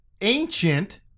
ancient